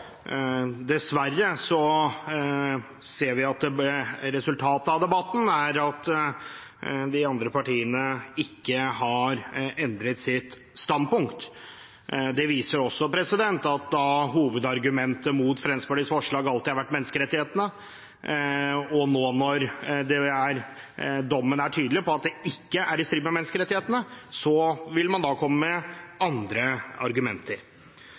endret sitt standpunkt. Det viser at når hovedargumentet mot Fremskrittspartiets forslag alltid har vært menneskerettighetene, og når nå dommen er tydelig på at bruk av forbud ikke er i strid med menneskerettighetene, vil man komme med ande argumenter.